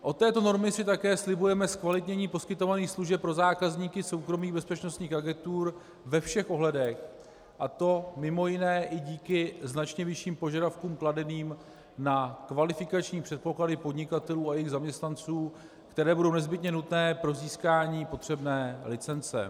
Od této normy si také slibujeme zkvalitnění poskytovaných služeb pro zákazníky soukromých bezpečnostních agentur ve všech ohledech, a to mj. i díky značně vyšším požadavkům kladeným na kvalifikační předpoklady podnikatelů a jejich zaměstnanců, které budou nezbytně nutné pro získání potřebné licence.